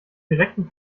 direkten